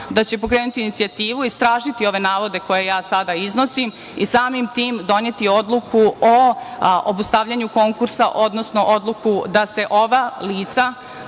da će pokrenuti inicijativu i istražiti ove navode koje ja sada iznosim i samim tim doneti odluku o obustavljanju konkursa, odnosno odluku da se ova lica,